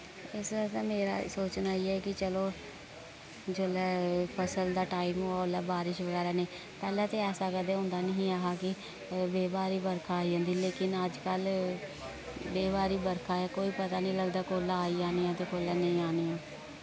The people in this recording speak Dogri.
इस आस्तै मेरा सोचना एह् ऐ कि चलो जुल्लै फसल दा टाइम होऐ उसलै बारिश बगैरा नेईं पैह्ले ते ऐसा कदे होंदा नेही ऐ हा कि बे ब्हारी बर्खा आई जंदी लेकिन अजकल्ल बे ब्हारी बर्खा ऐ कोई पता निं लगदा कुसलै आई जानी ऐ ते कुसलै नेईं आनी ऐ